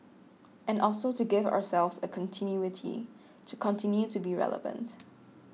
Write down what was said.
and also to give ourselves a continuity to continue to be relevant